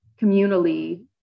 communally